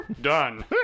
Done